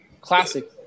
Classic